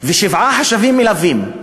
ושבעה חשבים מלווים,